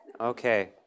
Okay